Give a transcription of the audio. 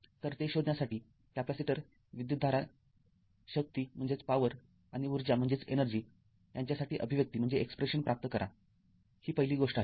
तर ते शोधण्यासाठी कॅपेसिटर विद्युतधारा शक्ती आणि ऊर्जा यांच्यासाठी अभिव्यक्ती Eexpression प्राप्त करा ही पहिली गोष्ट आहे